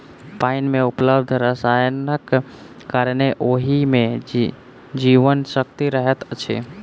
पाइन मे उपलब्ध रसायनक कारणेँ ओहि मे जीवन शक्ति रहैत अछि